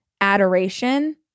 adoration